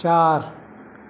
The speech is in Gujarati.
ચાર